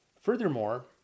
Furthermore